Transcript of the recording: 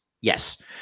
Yes